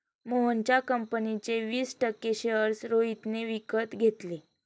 मोहनच्या कंपनीचे वीस टक्के शेअर्स रोहितने विकत घेतले